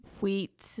wheat